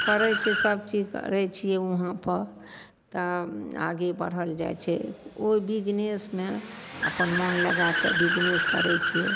करै छिए सबचीज करै छिए वहाँपर तऽ आगे बढ़ल जाइ छै ओहि बिजनेसमे अपन मोन लगैके बिजनेस करै छिए